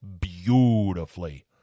beautifully